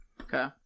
Okay